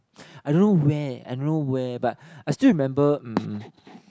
I don't know where I don't know where but I still remember um